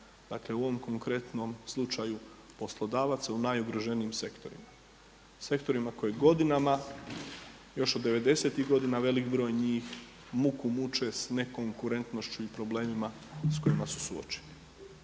dakle u ovom konkretnom slučaju poslodavaca u najugroženijim sektorima, sektorima koji godinama još od '90.-ih godina veliki broj njih muku muče s ne konkurentnošću i problemima s kojima su suočeni.